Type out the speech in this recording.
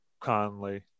conley